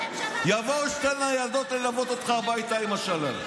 יבואו שתי ניידות ללוות אותך הביתה עם השלל.